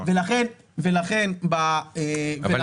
ולכן ב --- אבל,